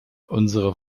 unsere